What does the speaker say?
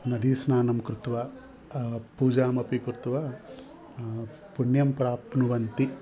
नदीस्नानं कृत्वा पूजाम् अपि कृत्वा पुण्यं प्राप्नुवन्ति